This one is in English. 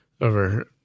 over